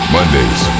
Mondays